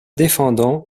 défendant